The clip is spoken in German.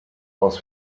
aus